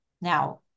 Now